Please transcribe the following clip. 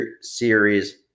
series